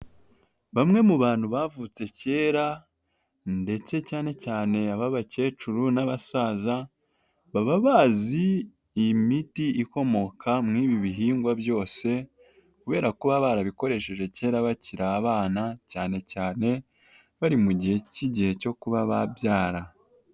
Bamwe mu bantu bavutse kera ndetse cyane cyane ab'abakecuru n'abasaza, baba bazi iyi miti ikomoka mwibi bihingwa byose, kubera ko baba barabikoresheje kera bakiri abana cyane cyane bari mu gihe cy'igihe cyo kuba babyara.